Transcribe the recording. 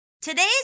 Today's